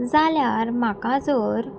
जाल्यार म्हाका जर